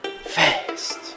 fast